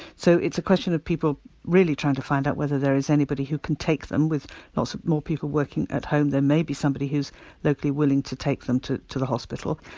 so, it's a question of people really trying to find out whether there is anybody who can take them, with lots more people working at home there may be somebody who's locally willing to take them to to the hospital.